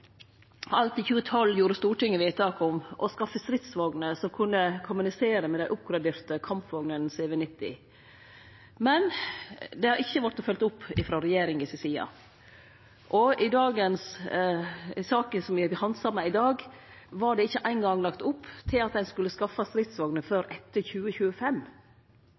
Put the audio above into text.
Alt i 2012 gjorde Stortinget vedtak om å skaffe stridsvogner som kunne kommunisere med dei oppgraderte kampvognene CV-90. Men det har ikkje vorte følgt opp frå regjeringas side, og i saka me handsamar i dag, var det ikkje ein gong lagt opp til at ein skulle skaffe stridsvogner før etter 2025.